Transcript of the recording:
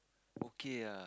okay ah